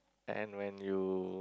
and when you